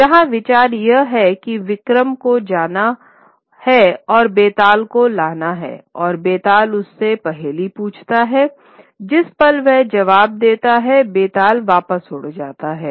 जहां विचार यह है कि विक्रम को जाना है और बेताल को ले जाना है और बेताल उससे पहेली पूछता है और जिस पल वह जवाब देता है बेताल वापस उड़ जाता है